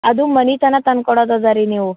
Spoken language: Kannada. ಅದು ಮನೆ ತನಕ ತನ್ಕೊಡದು ಅದ ರೀ ನೀವು